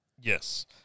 Yes